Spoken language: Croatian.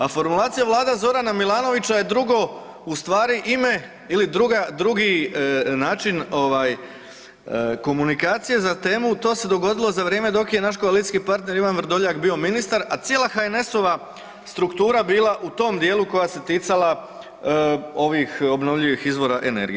A formulacija Vlada Zorana Milanovića je drugo u stvari ime ili druga, drugi način ovaj komunikacije za temu, to se dogodilo za vrijeme dok je naš koalicijski partner Ivan Vrdoljak bio ministar, a cijela HNS-ova struktura bila u tom dijelu koja se ticala ovih obnovljivih izvora energije.